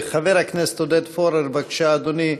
חבר הכנסת עודד פורר, בבקשה, אדוני.